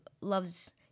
loves